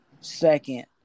second